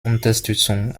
unterstützung